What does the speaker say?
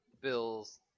Bill's